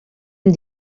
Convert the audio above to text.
amb